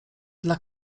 dla